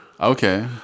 Okay